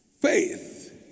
faith